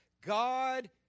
God